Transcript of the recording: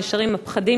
ונשארים עם הפחדים,